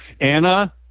Anna